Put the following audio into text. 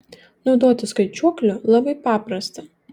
naudotis skaičiuokliu labai paprasta